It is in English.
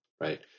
right